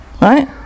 right